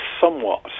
somewhat